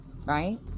right